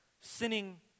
sinning